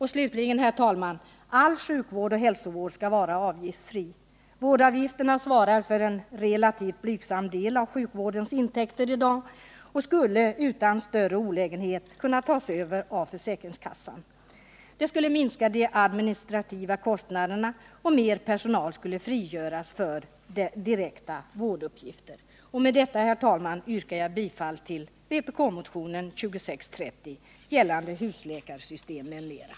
Slutligen, herr talman! All sjukvård och hälsovård skall vara avgiftsfri. Vårdavgifterna svarar i dag för en relativt blygsam del av sjukvårdens intäkter och skulle utan större olägenhet kunna tas över av försäkringskassan. Det skulle minska de administrativa kostnaderna, och mer personal skulle frigöras för direkta vårduppgifter. Med detta, herr talman, yrkar jag bifall till vpk-motionen 2630 gällande husläkarsystem, m.m.